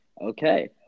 okay